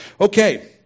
Okay